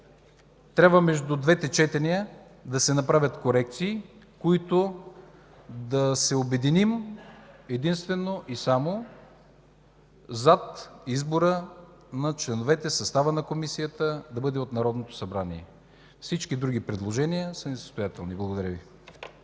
трябва между двете четения да се направят корекции, в които да се обединим единствено и само зад избора на членовете и състава от Комисията да бъде от Народното събрание. Всички други предложения са несъстоятелни. Благодаря Ви.